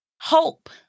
hope